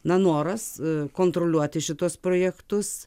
na noras kontroliuoti šituos projektus